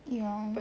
ya